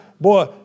boy